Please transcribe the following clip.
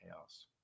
chaos